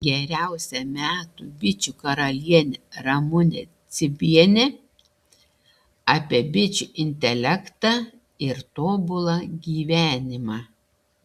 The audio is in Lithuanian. geriausia metų bičių karalienė ramunė cibienė apie bičių intelektą ir tobulą gyvenimą